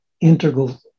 integral